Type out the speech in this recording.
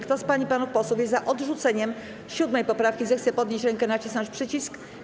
Kto z pań i panów posłów jest za odrzuceniem 7. poprawki, zechce podnieść rękę i nacisnąć przycisk.